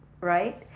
right